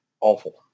awful